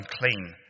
unclean